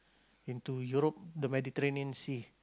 into Europe the Mediterranean Sea